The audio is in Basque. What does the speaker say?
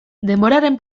denboraren